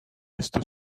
esto